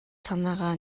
санаагаа